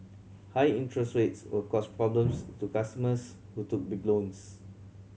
high interest rates will cause problems to customers who took big loans